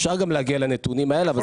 אפשר גם להגיע לנתונים האלה -- צריך